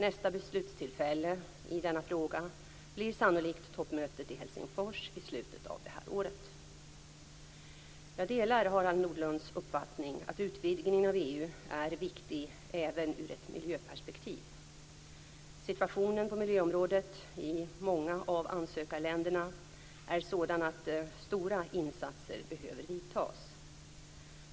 Nästa beslutstillfälle i denna fråga blir sannolikt toppmötet i Helsingfors i slutet av detta år. Jag delar Harald Nordlunds uppfattning att utvidgningen av EU är viktig även ur ett miljöperspektiv. Situationen på miljöområdet i många av ansökarländerna är sådan att stora insatser behöver vidtas.